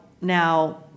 now